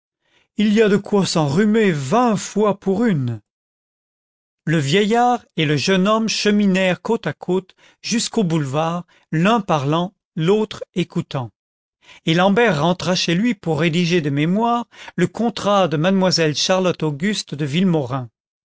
il y a de quoi s'enrhumer vingt fois pour une le vieillard et le jeune homme cheminèrent côte à côte jusqu'au boulevard l'un parlant l'autre écoutant et l'ambert rentra chez lui pour rédiger de mémoire le contrat de mademoiselle charlotte auguste de villemaurin